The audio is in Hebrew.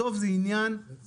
בסוף זה גם עניין ביטחוני,